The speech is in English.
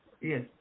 Yes